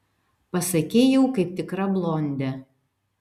pasakei jau kaip tikra blondė